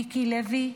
מיקי לוי?